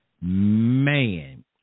man